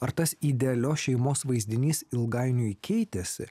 ar tas idealios šeimos vaizdinys ilgainiui keitėsi